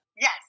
Yes